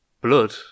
blood